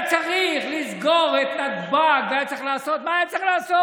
היה "צריך לסגור את נתב"ג" והיה "צריך לעשות" מה היה צריך לעשות?